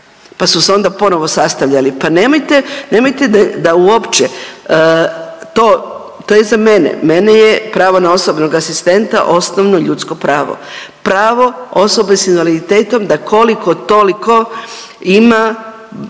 pa su se onda ponovo sastavljali. Pa nemojte, nemojte da uopće, to je za mene. Mene je pravo na osobnog asistenta osnovno ljudsko pravo, pravo osobe sa invaliditetom da koliko toliko ima,